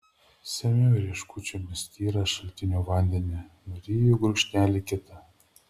semiu rieškučiomis tyrą šaltinio vandenį nuryju gurkšnelį kitą